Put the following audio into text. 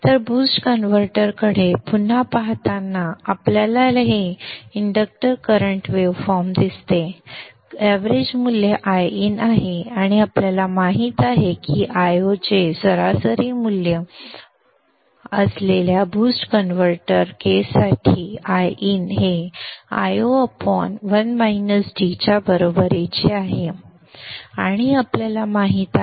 तर बूस्ट कन्व्हर्टरकडे पुन्हा पाहताना आपल्याला हे इंडक्टर करंट वेव्हफॉर्म दिसते सरासरी मूल्य Iin आहे आणि आपल्याला माहित आहे की Io चे मूल्य माहित असलेल्या BOOST कनवर्टर केससाठी Iin हे Io च्या बरोबरीचे आहे आणि आपल्याला माहित आहे